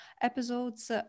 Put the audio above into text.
episodes